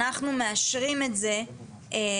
אנחנו מאשרים את זה לשבוע,